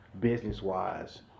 business-wise